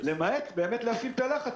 למעט להפעיל לחץ,